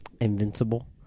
Invincible